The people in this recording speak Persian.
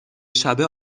شبه